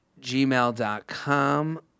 gmail.com